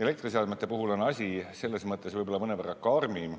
Elektriseadmete puhul on asi selles mõttes võib-olla mõnevõrra karmim,